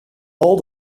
dal